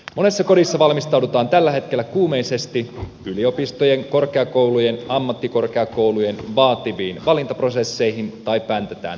monessa kodissa valmistaudutaan tällä hetkellä kuumeisesti yliopistojen korkeakoulujen ammattikorkeakoulujen vaativiin valintaprosesseihin tai päntätään pääsykokeisiin